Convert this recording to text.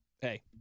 Hey